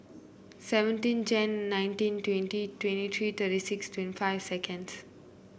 seventeen Jan nineteen twenty twenty three thirty six twenty five seconds